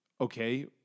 Okay